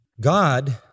God